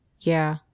Yeah